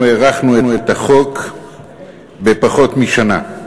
אנחנו הארכנו את החוק בפחות משנה,